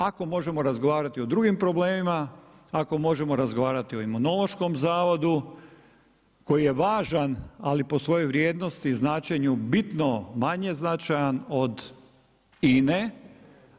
Ako možemo razgovarati o drugim problemima, ako možemo razgovarati o Imunološkom zavodu koji je važan ali po svojoj vrijednosti, značenju bitno manje značajan od INA-e.